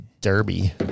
derby